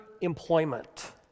employment